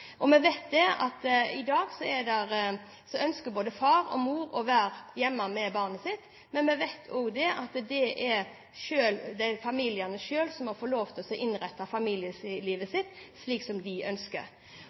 Og vi vet at i dag ønsker både far og mor å være hjemme med barnet sitt, men familiene selv må få lov til å innrette familielivet slik som de ønsker.